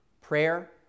prayer